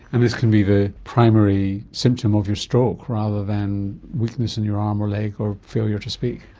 and this can be the primary symptom of your stroke rather than weakness in your arm or leg or failure to speak.